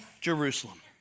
Jerusalem